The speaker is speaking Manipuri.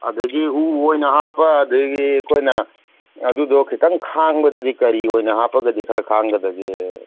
ꯑꯗꯒꯤ ꯎ ꯑꯣꯏꯅ ꯍꯥꯞꯄ ꯑꯗꯒꯤ ꯑꯩꯈꯣꯏꯅ ꯑꯗꯨꯗꯣ ꯈꯤꯇꯪ ꯈꯥꯡꯕꯗꯗꯤ ꯀꯔꯤ ꯑꯣꯏꯅ ꯍꯥꯞꯄꯒꯗꯤ ꯈꯔ ꯈꯥꯡꯒꯗꯒꯦ